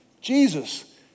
Jesus